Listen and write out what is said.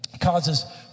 causes